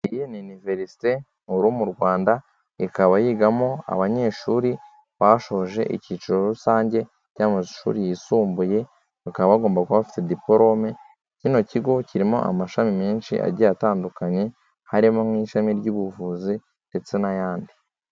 Iyi ni iniverisite nkuru mu Rwanda, ikaba yigamo abanyeshuri bashoje icyiciro rusange cy'amashuri yisumbuye, bakaba bagomba kuba bafite diporome, kino kigo kirimo amashami menshi agiye atandukanye, harimo nk'ishami ry'ubuvuzi ndetse n'ayandi.